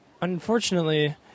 Unfortunately